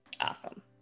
Awesome